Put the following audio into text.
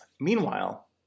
Meanwhile